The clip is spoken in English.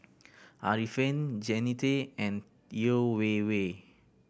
Arifin Jannie Tay and Yeo Wei Wei